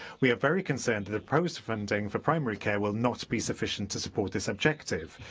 we are very concerned that the proposed funding for primary care will not be sufficient to support this objective.